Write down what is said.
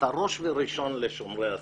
אתה ראש וראשון לשומרי הסף,